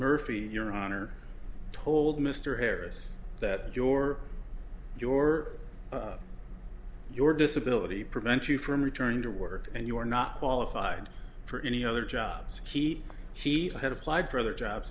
murphy your honor told mr harris that your your your disability prevents you from returning to work and you were not qualified for any other jobs key she had applied for other jobs